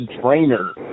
trainer